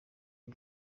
ibi